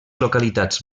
localitats